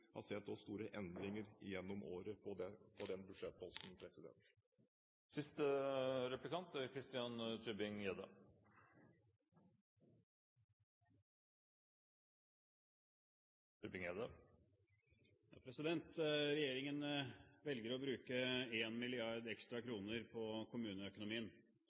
har sett store endringer igjennom året på den budsjettposten. Regjeringen velger å bruke 1 mrd. kr ekstra på